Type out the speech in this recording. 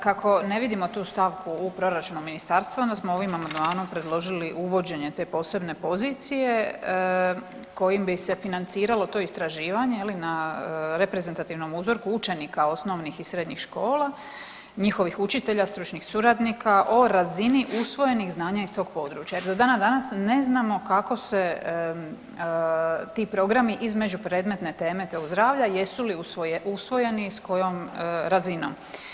Kako ne vidimo tu stavku u proračunu ministarstva onda smo ovim amandmanom predložili uvođenje te posebne pozicije kojim bi se financiralo to istraživanje je li na reprezentativnom uzorku učenika osnovnih i srednjih škola, njihovih učitelja, stručnih suradnika o razini usvojenih znanja iz tog područja jer do dana danas ne znamo kako se ti programi iz među predmetne teme, teme zdravlja jesu li usvojeni i s kojom razinom.